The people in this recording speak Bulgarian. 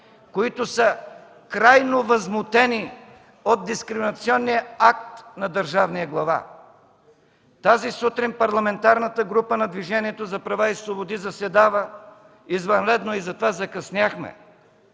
които са крайно възмутени от дискриминационния акт на Държавния глава. Тази сутрин Парламентарната група на Движението за права и свободи заседава извънредно и затова закъсняхме.